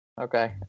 Okay